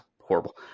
horrible